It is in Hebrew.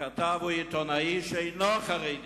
הכתב הוא עיתונאי שאינו חרדי